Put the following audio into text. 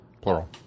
plural